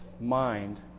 mind